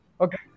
Okay